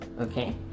okay